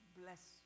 bless